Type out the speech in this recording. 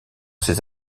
ses